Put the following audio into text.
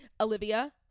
Olivia